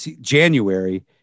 January